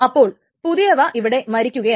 അപ്പോൾ പുതിയവ ഇവിടെ മരിക്കുകയാണ്